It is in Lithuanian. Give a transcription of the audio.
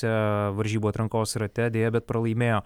varžybų atrankos rate deja bet pralaimėjo